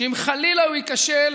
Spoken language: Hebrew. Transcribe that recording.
שאם חלילה הוא ייכשל,